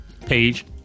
page